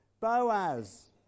Boaz